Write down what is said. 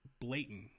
blatant